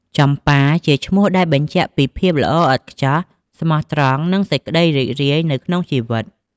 ចំប៉ា ជាឈ្មោះដែលបញ្ជាក់ពីភាពល្អឥតខ្ចោះ ស្មោះត្រង់ និងសេចក្តីរីករាយនៅក្នុងជីវិត។